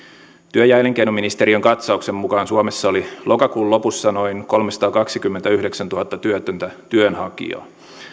työ ja elinkeinoministeriön katsauksen mukaan suomessa oli lokakuun lopussa noin kolmesataakaksikymmentäyhdeksäntuhatta työtöntä työnhakijaa tämä